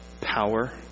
power